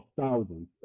thousands